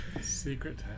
secret